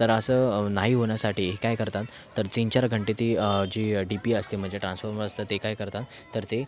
तर असं नाही होण्यासाठी हे काय करतात तर तीनचार घंटे ती जी डी पी असते म्हणजे ट्रान्सफॉर्मर असतं ते काय करतात तर ते